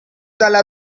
dalla